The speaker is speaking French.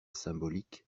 symbolique